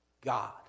God